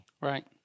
Right